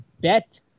bet